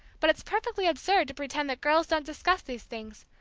but it's perfectly absurd to pretend that girls don't discuss these things.